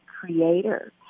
creator